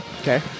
okay